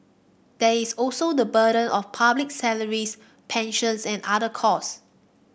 there is also the burden of public salaries pensions and other costs